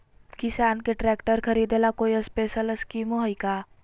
किसान के ट्रैक्टर खरीदे ला कोई स्पेशल स्कीमो हइ का?